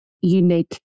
unique